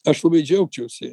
aš labai džiaugčiausi